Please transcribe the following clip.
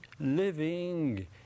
living